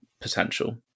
potential